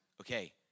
Okay